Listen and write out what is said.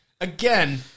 again